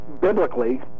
biblically